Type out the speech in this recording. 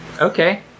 Okay